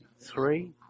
Three